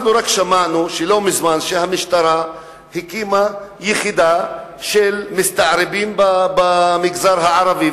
אנחנו רק שמענו לא מזמן שהמשטרה הקימה יחידה של מסתערבים במגזר הערבי,